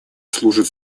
служат